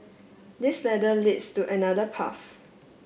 this ladder leads to another path